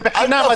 זה בחינם,